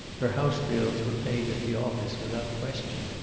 her house bills were paid at the office without question.